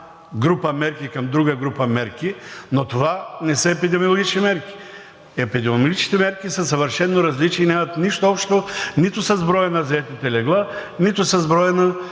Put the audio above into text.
група мерки към друга група мерки, но това не са епидемиологични мерки. Епидемиологичните мерки са съвършено различни и нямат нищо общо нито с броя на заетите легла, нито с броя на